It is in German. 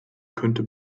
könnte